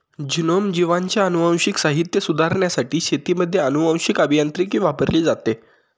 genome, जीवांचे अनुवांशिक साहित्य सुधारण्यासाठी शेतीमध्ये अनुवांशीक अभियांत्रिकी वापरली जाते